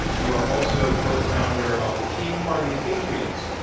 you are also co-founder of the tea party patriots.